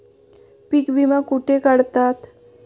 पीक विमा कुठे काढतात?